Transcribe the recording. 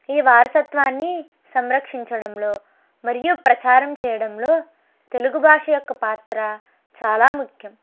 ఈ వారసత్వాన్ని సంరక్షించడంలో మరియు ప్రచారం చేయడంలో తెలుగు భాష యొక్క పాత్ర చాలా ముఖ్యం